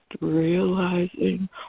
realizing